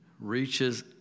Reaches